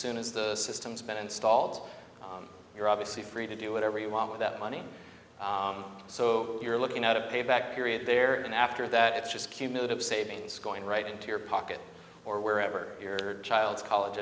soon as the system's been installed you're obviously free to do whatever you want with that money so so you're looking at a payback period there and after that it's just cumulative savings going right into your pocket or wherever your child's college